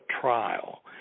trial